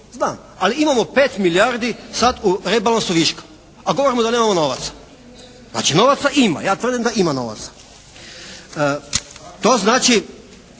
znam. Ali imamo pet milijardi sad u rebalansu viška, a govorimo da nemamo novaca. Znači novaca ima. Ja tvrdim da ima novaca. To znači